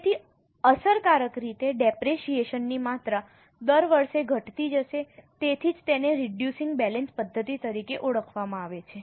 તેથી અસરકારક રીતે ડેપરેશીયેશન ની માત્રા દર વર્ષે ઘટતી જશે તેથી જ તેને રિડ્યુસિંગ બેલેન્સ પદ્ધતિ તરીકે ઓળખવામાં આવે છે